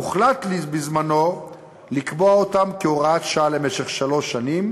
הוחלט בזמנו לקבוע אותם כהוראת שעה למשך שלוש שנים,